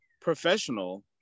professional